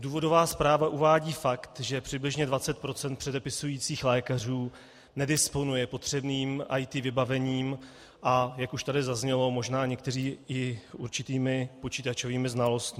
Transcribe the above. Důvodová zpráva uvádí fakt, že přibližně 20 % předepisujících lékařů nedisponuje potřebným IT vybavením, a jak už tady zaznělo, možná někteří i určitými počítačovými znalostmi.